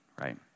right